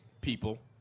people